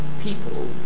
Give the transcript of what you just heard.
people